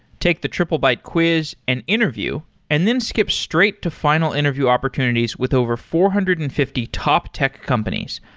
take the triplebyte quiz and interview and then skip straight to final interview opportunities with over four hundred and fifty top tech companies,